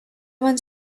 went